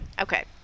Okay